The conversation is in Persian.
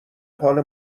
حال